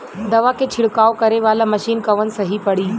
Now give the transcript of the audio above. दवा के छिड़काव करे वाला मशीन कवन सही पड़ी?